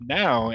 now